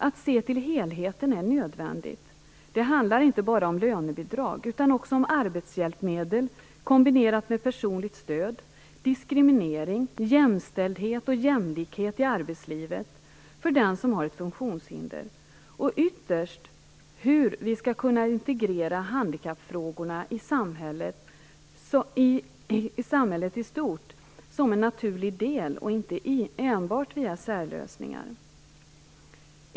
Att se till helheten är nödvändigt. Det handlar inte bara om lönebidrag utan också om arbetshjälpmedel kombinerat med personligt stöd, om diskriminering, om jämställdhet och jämlikhet i arbetslivet för den som har ett funktionshinder och ytterst om hur vi skall kunna integrera handikappfrågorna i samhället i stort som en naturlig del och inte enbart via särlösningar.